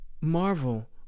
Marvel